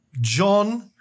John